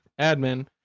admin